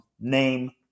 name